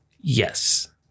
Yes